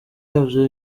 yavuze